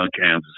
Kansas